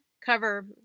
cover